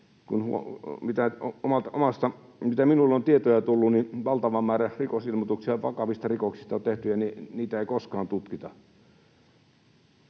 mitä minulle on tietoja tullut, niin valtava määrä rikosilmoituksia vakavista rikoksista on tehty ja niitä ei koskaan tutkita.